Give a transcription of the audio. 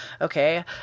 Okay